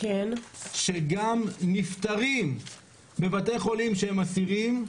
שגם נפטרים בבתי חולים שהם אסירים,